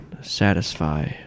satisfy